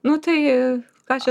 nu tai ką čia